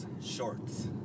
shorts